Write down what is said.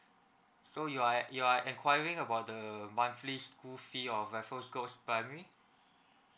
so you are en~ you are enquiry about the monthly school fee of raffles girls' primary